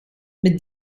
met